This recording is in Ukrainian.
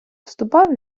ступав